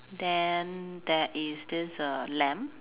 then there is this err lamp